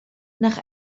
nach